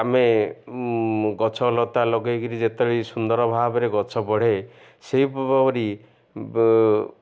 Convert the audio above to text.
ଆମେ ଗଛଲତା ଲଗେଇକିରି ଯେତେବେଳେ ସୁନ୍ଦର ଭାବରେ ଗଛ ବଢ଼େ ସେହିପରି